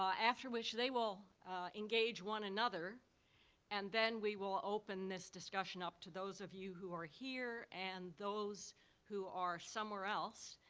after which they will engage one-another, and then we will open this discussion up to those of you who are here, and those who are somewhere else,